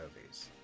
movies